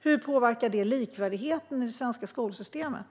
Hur påverkar det likvärdigheten i det svenska skolsystemet?